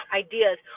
ideas